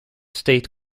state